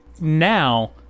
now